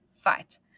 fight